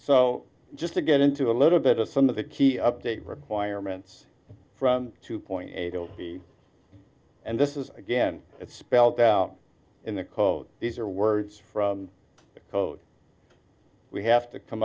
so just to get into a little bit of some of the key update requirements from two point eight o b and this is again spelled out in the quote these are words from the code we have to come